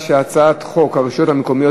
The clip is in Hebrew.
2014,